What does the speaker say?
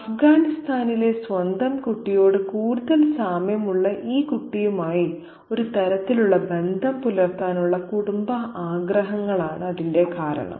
അഫ്ഗാനിസ്ഥാനിലെ സ്വന്തം കുട്ടിയോട് കൂടുതൽ സാമ്യമുള്ള കുട്ടിയുമായി ഒരു തരത്തിലുള്ള ബന്ധം പുലർത്താനുള്ള കുടുംബ ആഗ്രഹങ്ങൾ കാരണം